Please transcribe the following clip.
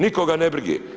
Nikoga ne brige.